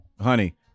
Honey